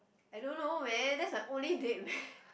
I don't know man that's my only date man